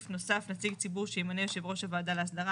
נוסף נציג ציבור שימנה יושב ראש הוועדה להסדרה,